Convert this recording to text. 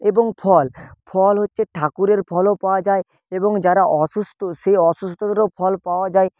এবং ফল ফল হচ্ছে ঠাকুরের ফলও পাওয়া যায় এবং যারা অসুস্থ সেই অসুস্থদেরও ফল পাওয়া যায়